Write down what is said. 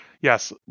Yes